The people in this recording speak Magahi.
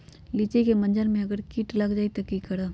लिचि क मजर म अगर किट लग जाई त की करब?